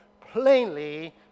plainly